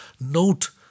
Note